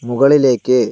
മുകളിലേക്ക്